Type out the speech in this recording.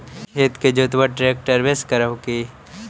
खेत के जोतबा ट्रकटर्बे से कर हू की?